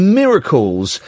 miracles